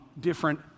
different